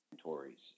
Tories